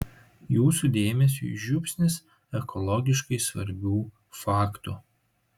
jūsų dėmesiui žiupsnis ekologiškai svarbių faktų